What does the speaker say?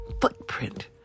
footprint